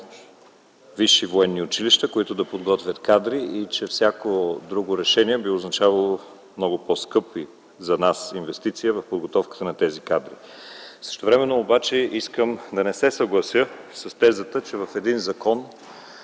висши военни училища, които да подготвят кадри и че всяко друго решение би означавало много по-скъпа за нас инвестиция в подготовката на тези кадри. Същевременно обаче искам да не се съглася с тезата, че в един закон,